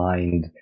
Mind